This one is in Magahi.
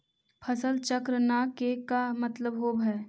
फसल चक्र न के का मतलब होब है?